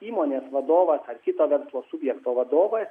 įmonės vadovas ar kito verslo subjekto vadovas